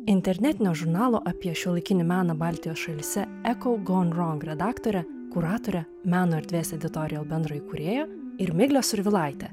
internetinio žurnalo apie šiuolaikinį meną baltijos šalyse eko gon rong redaktore kuratore meno erdvės editorijal bendraįkūrėja ir migle survilaite